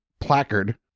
placard